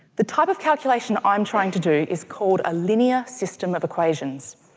the type of calculation i'm trying to do is called a linear system of equations.